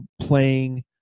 playing